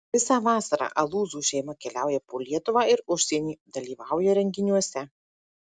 visą vasarą alūzų šeima keliauja po lietuvą ir užsienį dalyvauja renginiuose